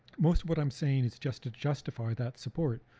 most what i'm saying is just to justify that support.